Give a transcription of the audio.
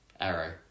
Arrow